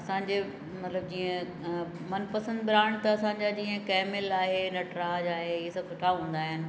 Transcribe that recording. असांजे मतिलब जीअं मनपसंदि राण त असांजा जीअं कंहिंमहिल आहे नटराज आहे ईअं सभु सुठा हूंदा आहिनि